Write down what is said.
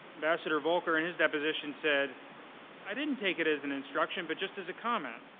ambassador volker in his deposition said i didn't take it as an instruction, but just as a comment.